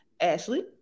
Ashley